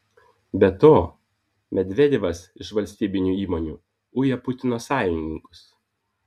be to medvedevas iš valstybinių įmonių uja putino sąjungininkus